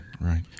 right